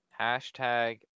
Hashtag